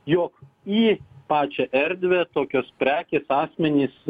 jog į pačią erdvę tokios prekės asmenys